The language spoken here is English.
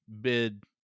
bid